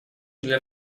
для